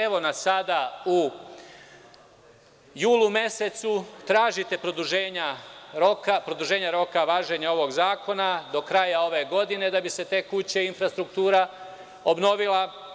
Evo nas sada u julu mesecu, tražite produženja roka važenja ovog zakona do kraja ove godine da bi se te kuće i infrastruktura obnovila.